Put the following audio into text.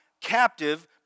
captive